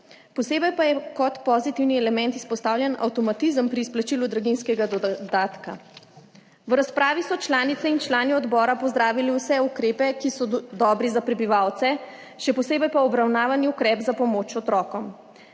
Posebej pa je kot pozitivni element izpostavljen avtomatizem pri izplačilu draginjskega dodatka. V razpravi so članice in člani odbora pozdravili vse ukrepe, ki so dobri za prebivalce, še posebej pa obravnavani ukrep za pomoč otrokom.